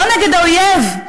לא נגד האויב,